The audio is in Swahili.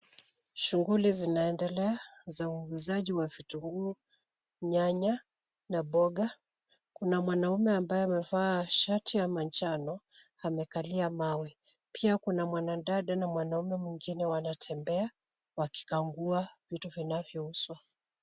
Shughuli zinaendelea za uuzaji wa vitunguu, nyanya na mboga, kuna mwanaume ambaye amevaa shati ya manjano amekalia mawe. Pia kuna mwanadada na mwanaume mwingine wanatembea wakikagua vitu vinavyouzwa.